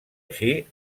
així